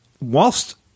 whilst